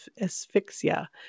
asphyxia